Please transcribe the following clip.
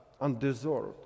undeserved